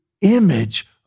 image